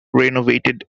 renovated